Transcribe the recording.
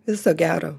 viso gero